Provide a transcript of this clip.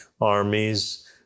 armies